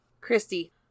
Christy